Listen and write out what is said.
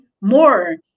more